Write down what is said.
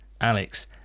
Alex